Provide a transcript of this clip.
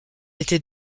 était